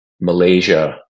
Malaysia